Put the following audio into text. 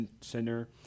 center